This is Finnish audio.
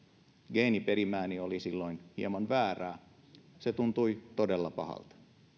geeniperimäni oli silloin hieman väärä se tuntui todella pahalta